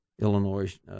Illinois